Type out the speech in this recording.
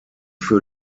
für